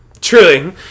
truly